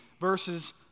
verses